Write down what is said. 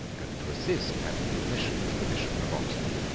and to assist at the admission of the bishop of oxford.